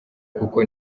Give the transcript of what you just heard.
kuko